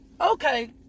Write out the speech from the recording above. Okay